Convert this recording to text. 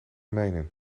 mijnen